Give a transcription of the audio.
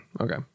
okay